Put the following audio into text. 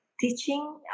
teaching